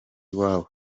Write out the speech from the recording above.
iwabo